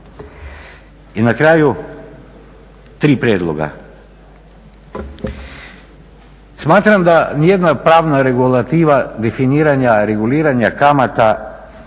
I na kraju tri prijedloga. Smatram da nijedna pravna regulativa definiranja reguliranja kamata